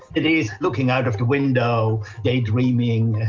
it is looking out of the window, daydreaming,